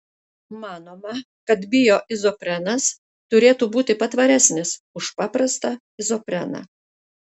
manoma kad bioizoprenas turėtų būti patvaresnis už paprastą izopreną